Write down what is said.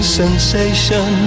sensation